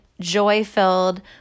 joy-filled